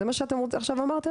זה מה שעכשיו אמרתם?